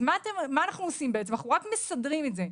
אנחנו רק מסדרים את זה.